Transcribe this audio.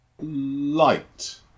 light